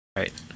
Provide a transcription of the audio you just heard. right